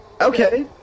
Okay